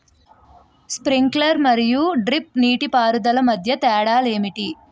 Sprinkler మరియు drip నీటిపారుదల మధ్య తేడాలు ఏంటి?